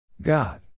God